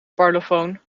parlofoon